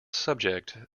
subject